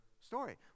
story